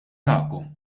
tagħkom